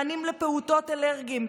מענים לפעוטות אלרגיים,